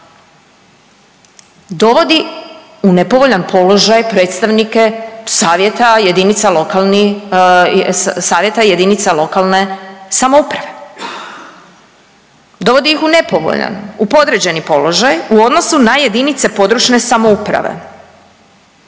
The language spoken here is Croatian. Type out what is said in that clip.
dovodi u nepovoljan predstavnike savjeta jedinica lokalne samouprave. Dovodi ih u nepovoljan, u podređeni položaj u odnosu na jedinice područne samouprave.